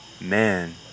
Man